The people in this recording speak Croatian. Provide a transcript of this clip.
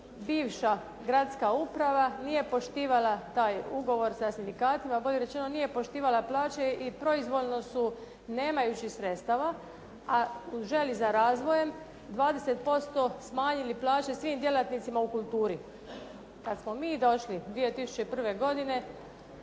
bivša gradska uprava nije poštivala taj ugovor sa sindikatima, bolje rečeno nije poštovala plaće i proizvoljno su nemajući sredstava a u želi za razvojem 20% smanjili plaće svim djelatnicima u kulturi. Kada smo mi došli 2001. godine,